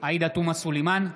עאידה תומא סלימאן,